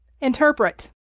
interpret